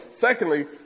Secondly